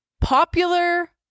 popular